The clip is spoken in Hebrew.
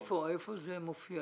איפה זה מופיע?